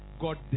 God